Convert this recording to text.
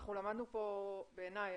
בעיניי,